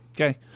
Okay